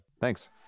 Thanks